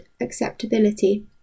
acceptability